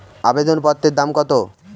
আবেদন পত্রের দাম কত?